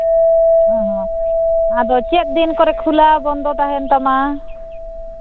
ᱚ ᱦᱚᱸ ᱟᱫᱚ ᱪᱮᱫ ᱫᱤᱱ ᱠᱚᱨᱮᱫ ᱠᱷᱩᱞᱟᱹᱜᱼᱟ ᱵᱚᱱᱫᱚ ᱛᱟᱦᱮᱱ ᱛᱟᱢᱟ